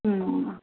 ம்